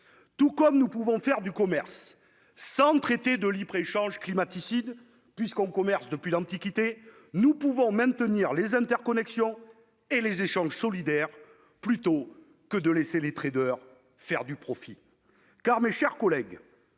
Tout comme nous pouvons faire du commerce sans traités de libre-échange climaticides, puisque l'on commerce depuis l'Antiquité, nous pouvons maintenir les interconnexions et les échanges solidaires sans laisser les faire du profit. Mes chers collègues,